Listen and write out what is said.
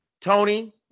tony